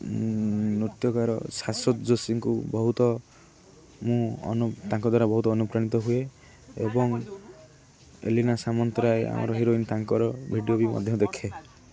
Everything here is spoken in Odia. ନୃତ୍ୟକାର ଶାଶ୍ୱତ ଜୋଶୀଙ୍କୁ ବହୁତ ମୁଁ ତାଙ୍କ ଦ୍ୱାରା ବହୁତ ଅନୁପ୍ରାଣିତ ହୁଏ ଏବଂ ଏଲିନା ସାମନ୍ତରାୟ ଆମର ହିରୋଇନ୍ ତାଙ୍କର ଭିଡ଼ିଓ ବି ମଧ୍ୟ ଦେଖେ